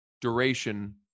duration